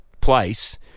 place